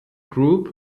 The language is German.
group